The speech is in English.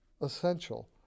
essential